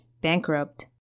bankrupt